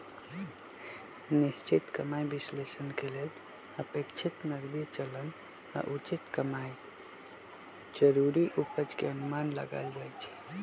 निश्चित कमाइ विश्लेषण के लेल अपेक्षित नकदी चलन आऽ उचित जरूरी उपज के अनुमान लगाएल जाइ छइ